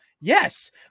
Yes